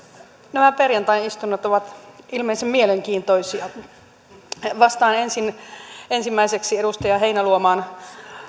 nämä perjantain istunnot ovat ilmeisen mielenkiintoisia vastaan ensimmäiseksi edustaja heinäluoman